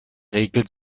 räkelt